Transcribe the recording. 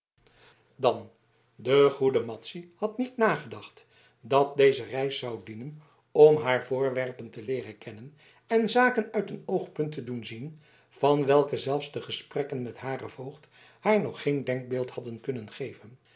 dan de goede madzy had niet nagedacht dat deze reis zou dienen om haar voorwerpen te leeren kennen en zaken uit een oogpunt te doen zien van welke zelfs de gesprekken met haren voogd haar nog geen denkbeeld hadden kunnen geven